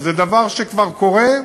זה דבר שכבר קורה,